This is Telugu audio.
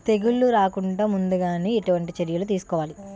తెగుళ్ల రాకుండ ముందుగానే ఎటువంటి చర్యలు తీసుకోవాలి?